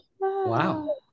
Wow